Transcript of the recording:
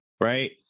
right